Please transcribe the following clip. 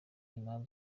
impamvu